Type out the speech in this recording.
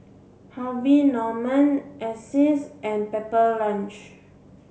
Harvey Norman Asics and Pepper Lunch